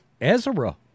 Ezra